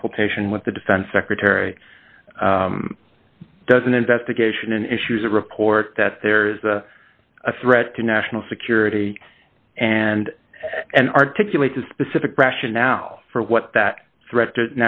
consultation with the defense secretary does an investigation and issues a report that there is a threat to national security and and articulate a specific question now for what that threat to